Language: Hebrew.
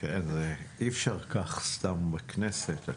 אפשר ככה סתם בכנסת.